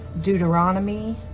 Deuteronomy